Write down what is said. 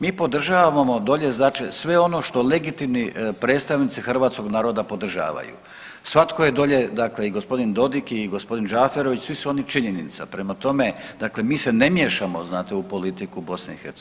Mi podržavamo dolje znači sve ono što legitimni predstavnici hrvatskog naroda podržavaju, svatko je dolje dakle i g. Dodik i g. Džaferović, svi su oni činjenica, prema tome dakle mi se ne miješamo znate u politiku BiH.